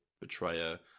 betrayer